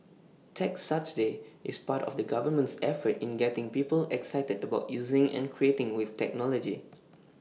Tech Saturday is part of the government's efforts in getting people excited about using and creating with technology